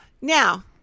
Now